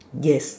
yes